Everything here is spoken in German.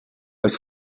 als